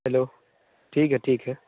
hello ठीक है ठीक है